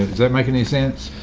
that make any sense?